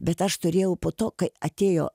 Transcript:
bet aš turėjau po to kai atėjo